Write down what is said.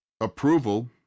approval